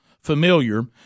Familiar